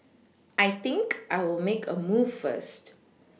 I think I'll make a move first